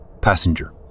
Passenger